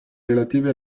relative